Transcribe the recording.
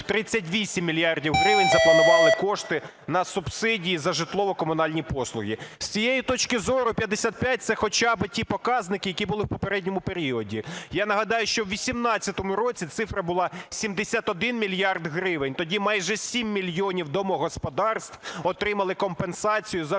38 мільярдів гривень запланували кошти на субсидії за житлово-комунальні послуги. З цієї точки зору, 55 – це хоча би ті показники, які були в попередньому періоді. Я нагадаю, що в 18-му році цифра була 71 мільярд гривень, тоді майже 7 мільйонів домогосподарств отримали компенсацію за житлово-комунальні послуги,